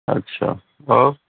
اچھا اور